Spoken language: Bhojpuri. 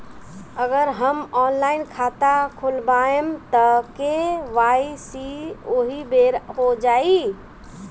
अगर हम ऑनलाइन खाता खोलबायेम त के.वाइ.सी ओहि बेर हो जाई